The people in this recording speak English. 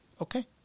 okay